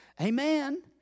Amen